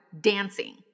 dancing